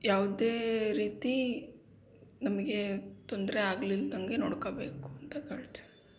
ಯಾವುದೇ ರೀತಿ ನಮಗೆ ತೊಂದರೆ ಆಗಲಿಲ್ದಂಗೆ ನೋಡ್ಕೋಬೇಕು ಅಂತ ಕೇಳ್ತೀನಿ